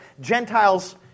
Gentiles